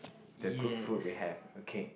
the good food we have okay